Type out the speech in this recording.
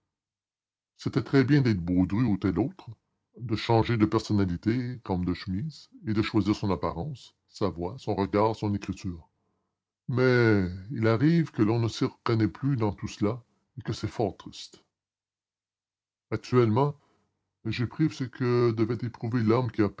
c'est très bien d'être baudru ou tel autre de changer de personnalité comme de chemise et de choisir son apparence sa voix son regard son écriture mais il arrive que l'on ne s'y reconnaît plus dans tout cela et que c'est fort triste actuellement j'éprouve ce que devait éprouver l'homme qui a